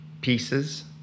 pieces